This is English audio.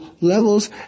levels